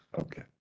okay